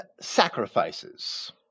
sacrifices